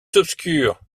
obscur